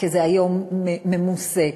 כי היום זה ממוסה,